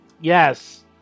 Yes